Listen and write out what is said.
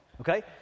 Okay